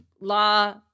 law